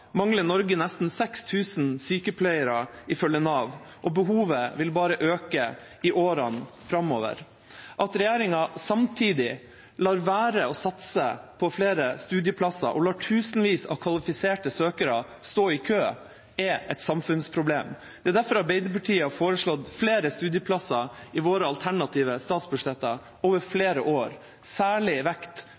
mangler Norge nesten 6 000 sykepleiere, ifølge Nav, og behovet vil bare øke i årene framover. At regjeringa samtidig lar være å satse på flere studieplasser og lar tusenvis av kvalifiserte søkere stå i kø, er et samfunnsproblem. Det er derfor Arbeiderpartiet har foreslått flere studieplasser i våre alternative statsbudsjetter over flere år, med særlig vekt